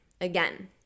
again